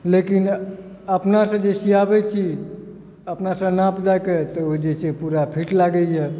लेकिन अपनासँ जे सियाबैत छी अपनासँ नाप दऽ कऽ तऽ ओ जे छै से पूरा फिट लागैए